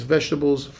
Vegetables